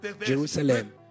Jerusalem